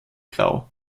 grau